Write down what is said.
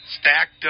Stacked